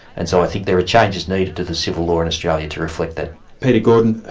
and so i think there are changes needed to the civil law in australia to reflect that. peter gordon,